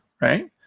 right